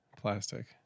plastic